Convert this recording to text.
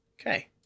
okay